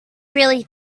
really